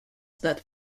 that